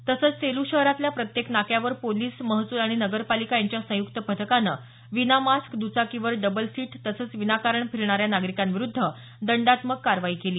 तसंच सेलू शहरातल्या प्रत्येक नाक्यावर पोलीस महसूल आणि नगरपालिका यांच्या संयुक्त पथकानं विना मास्क द्चाकीवर डबलसीट तसंच विनाकारण फिरणाऱ्या नागरिकांविरूद्ध दंडात्मक कारवाई केली